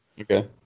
okay